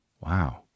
Wow